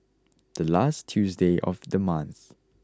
the last Tuesday of the month